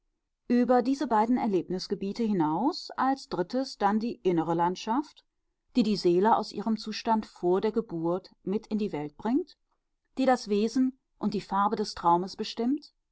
über diese beiden erlebnisgebiete hinaus als drittes dann die innere landschaft die die seele aus ihrem zustand vor der geburt mit in die welt bringt die das wesen und die farbe des traumes bestimmt